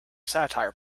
satire